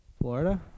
Florida